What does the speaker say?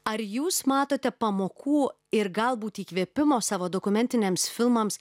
ar jūs matote pamokų ir galbūt įkvėpimo savo dokumentiniams filmams